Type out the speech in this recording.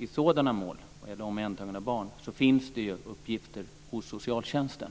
I sådana mål som gäller omhändertagna barn finns det ju uppgifter hos socialtjänsten.